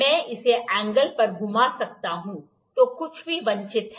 मैं इसे एंगल पर घुमा सकता हूं जो कुछ भी वांछित है